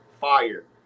Fire